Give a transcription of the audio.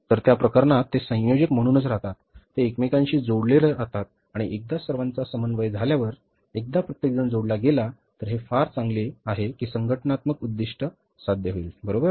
तर त्या प्रकरणात ते संयोजक म्हणूनच राहतात ते एकमेकांशी जोडलेले राहतात आणि एकदा सर्वांचा समन्वय झाल्यावर एकदा प्रत्येकजण जोडला गेला तर हे फार चांगले आहे की संघटनात्मक उद्दीष्ट साध्य होईल बरोबर